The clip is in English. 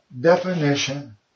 definition